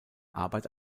arbeit